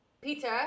peter